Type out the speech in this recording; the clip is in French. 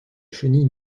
chenille